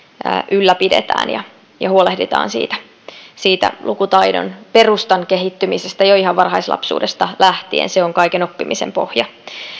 ja huolehtisimme siitä lukutaidon perustan kehittymisestä jo ihan varhaislapsuudesta lähtien se on kaiken oppimisen pohja